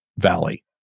Valley